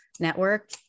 Network